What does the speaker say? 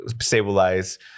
stabilize